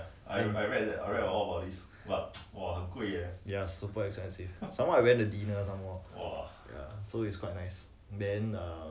ya super expensive somemore I went dinner somemore ya so is quite nice then err